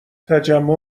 تجمع